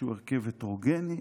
שהוא הרכב הטרוגני,